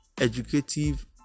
educative